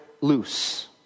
loose